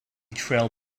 trail